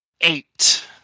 eight